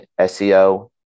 SEO